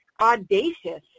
audacious